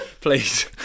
please